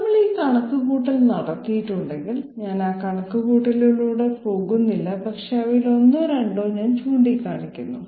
നമ്മൾ ഈ കണക്കുകൂട്ടൽ നടത്തിയിട്ടുണ്ടെങ്കിൽ ഞാൻ കണക്കുകൂട്ടലിലൂടെ പോകുന്നില്ല പക്ഷേ അവയിൽ ഒന്നോ രണ്ടോ ഞാൻ ചൂണ്ടിക്കാണിക്കുന്നു